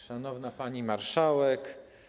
Szanowna Pani Marszałek!